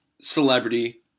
celebrity